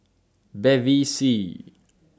Bevy C